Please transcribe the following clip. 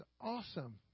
awesome